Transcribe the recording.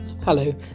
Hello